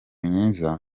myiza